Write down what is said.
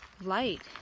light